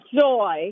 joy